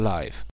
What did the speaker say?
Life 》 。